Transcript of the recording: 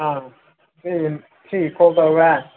ꯑꯥ ꯎꯝ ꯁꯤꯒꯤ ꯀꯣꯜ ꯇꯧꯕ꯭ꯔꯥ